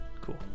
Cool